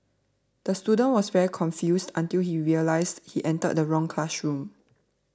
the student was very confused until he realised he entered the wrong classroom